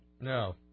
No